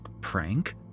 prank